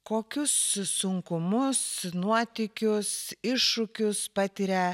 kokius sunkumus nuotykius iššūkius patiria